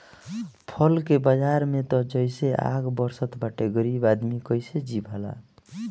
फल के बाजार में त जइसे आग बरसत बाटे गरीब आदमी कइसे जी भला